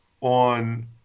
on